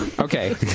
Okay